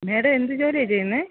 madam എന്ത് ജോലിയാണ് ചെയ്യുന്നത്